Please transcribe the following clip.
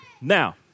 Now